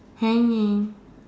hanging